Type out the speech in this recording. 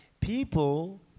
people